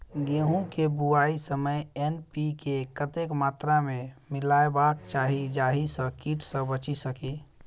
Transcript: गेंहूँ केँ बुआई समय एन.पी.के कतेक मात्रा मे मिलायबाक चाहि जाहि सँ कीट सँ बचि सकी?